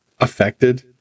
affected